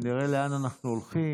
ונראה לאן אנחנו הולכים.